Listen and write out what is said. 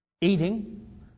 Eating